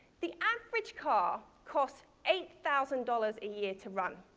the average car costs eight thousand dollars a year to run.